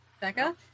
Becca